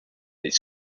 his